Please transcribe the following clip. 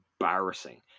embarrassing